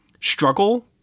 struggle